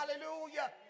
hallelujah